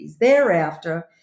Thereafter